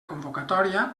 convocatòria